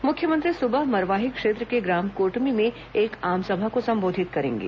मुख्यमंत्री सुबह मरवाही क्षेत्र के ग्राम कोटमी में एक आमसभा को संबोधित करेंगे